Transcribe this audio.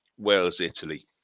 Wales-Italy